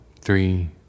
three